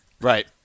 Right